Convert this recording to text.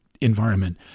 environment